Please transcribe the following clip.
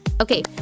Okay